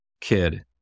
kid